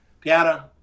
piano